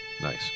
Nice